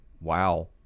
wow